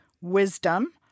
wisdom